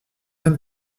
même